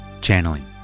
Channeling